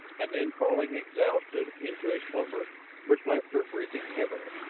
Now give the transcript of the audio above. and then falling exhausted into a slumber which left her breathing heavily.